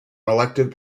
elected